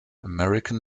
american